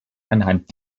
anhand